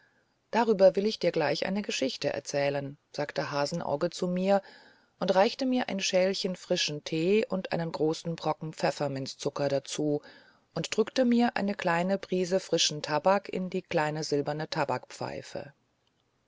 darüber will ich dir gleich eine geschichte erzählen sagte hasenauge zu mir und reichte mir ein schälchen frischen tee und einen großen brocken pfefferminzzucker dazu und drückte mir eine kleine prise frischen tabak in die kleine silberne